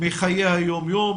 מחיי היום-יום.